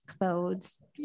clothes